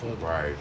right